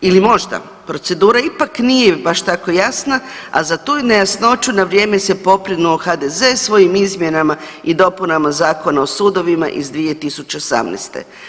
Ili možda procedura ipak nije tako jasna, a za tu je nejasnoću na vrijeme se pobrinuti HDZ svojim izmjenama i dopunama Zakona o sudovima iz 2018.